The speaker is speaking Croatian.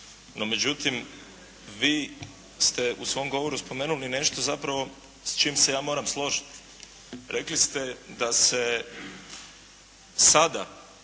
hvala vam.